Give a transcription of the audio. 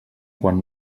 quan